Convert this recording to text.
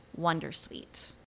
Wondersuite